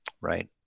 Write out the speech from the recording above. Right